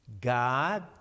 God